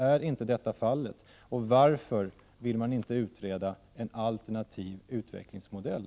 Är inte detta fallet, och varför vill man inte utreda en alternativ utvecklingsmodell?